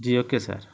جی okay سر